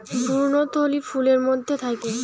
ভ্রূণথলি ফুলের মধ্যে থাকে